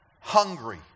hungry